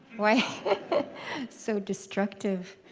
why so destructive?